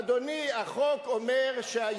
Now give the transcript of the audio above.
אדוני, החוק אומר,